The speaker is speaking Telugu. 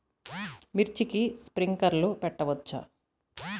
మిర్చికి స్ప్రింక్లర్లు పెట్టవచ్చా?